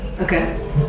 Okay